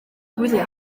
gwyliau